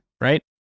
right